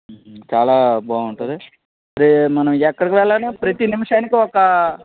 చాలా బాగుంటుంది అదే మనం ఎక్కడకి వెళ్లాలన్న ప్రతీ నిమిషానికీ ఒక